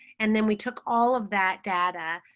and then we took all of that data